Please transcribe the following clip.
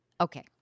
Okay